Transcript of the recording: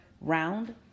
round